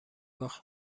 باخت